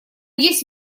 есть